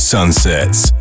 Sunsets